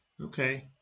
Okay